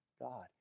God